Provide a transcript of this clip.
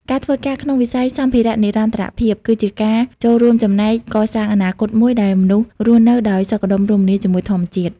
ការធ្វើការក្នុងវិស័យសម្ភារៈនិរន្តរភាព គឺជាការចូលរួមចំណែកកសាងអនាគតមួយដែលមនុស្សរស់នៅដោយសុខដុមរមនាជាមួយធម្មជាតិ។